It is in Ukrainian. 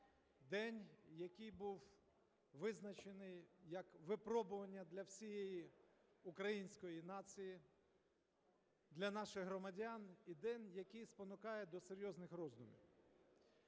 день, який був визначений як випробування для всієї української нації, для наших громадян, і день, який спонукає до серйозних роздумів.